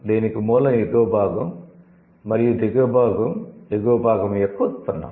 దీనికి మూలం ఎగువ భాగం మరియు దిగువ భాగం ఎగువ భాగం యొక్క ఉత్పన్నం